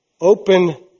Open